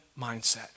mindset